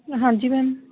ਹਾਂਜੀ ਮੈਮ